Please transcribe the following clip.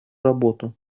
работу